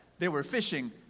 they were fishing,